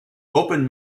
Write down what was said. open